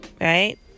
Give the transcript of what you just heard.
Right